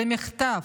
זה מחטף,